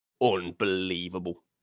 unbelievable